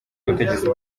ubutegetsi